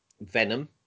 venom